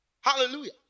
Hallelujah